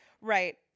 Right